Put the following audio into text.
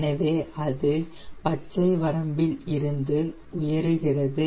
எனவே அது பச்சை வரம்பில் இருந்து உயருகிறது